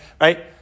right